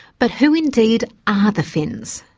but who indeed are the finns?